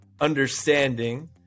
understanding